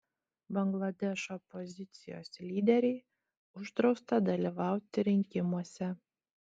bangladešo opozicijos lyderei uždrausta dalyvauti rinkimuose